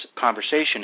conversation